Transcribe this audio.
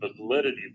validity